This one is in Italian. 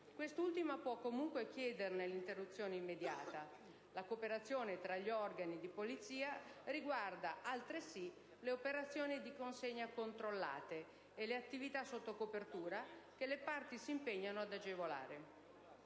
quest'ultima può comunque chiederne l'interruzione immediata. La cooperazione tra gli organi di polizia riguarda, altresì, le operazioni di «consegne controllate» e le attività sotto copertura, che le parti si impegnano ad agevolare.